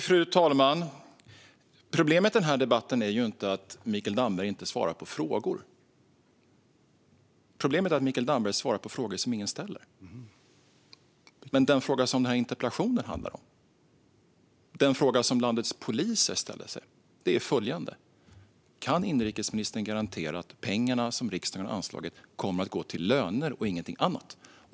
Fru talman! Problemet med debatten är inte att Mikael Damberg inte svarar på frågor. Problemet är att han svarar på frågor som ingen ställer. Men den fråga som interpellationen handlar om och den fråga som landets poliser ställer sig är följande: Kan inrikesministern garantera att pengarna som riksdagen har anslagit kommer att gå till löner och ingenting annat?